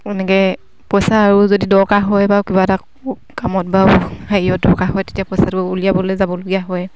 এনেকে পইচা আৰু যদি দৰকাৰ হয় বা কিবা এটা কামত বা হেৰিয়ত দৰকাৰ হয় তেতিয়া পইচাটো উলিয়াবলে যাবলগীয়া হয়